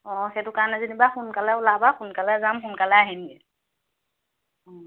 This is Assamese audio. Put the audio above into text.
অঁ সেইটো কাৰণে যেনিবা সোনকালে ওলাবা সোনকালে যাম সোনকালে আহিমগে অঁ